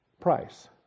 price